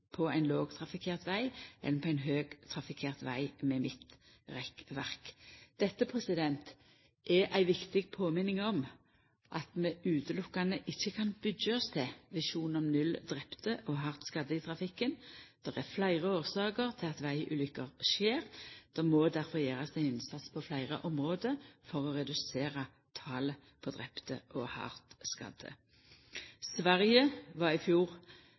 på ein lågt trafikkert veg enn på ein høgt trafikkert veg med midtrekkverk. Dette er ei viktig påminning om at vi ikkje utelukkande kan byggja oss til ein visjon om null drepne og hardt skadde i trafikken. Det er fleire årsaker til at vegulukker skjer. Det må difor gjerast ein innsats på fleire område for å redusera talet på drepne og hardt skadde. Sverige var i fjor